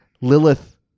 Lilith